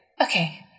Okay